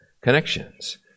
connections